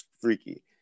freaky